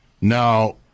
Now